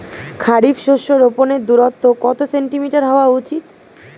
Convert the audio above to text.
খারিফ শস্য রোপনের দূরত্ব কত সেন্টিমিটার হওয়া উচিৎ?